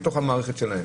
בתוך המערכת שלהן.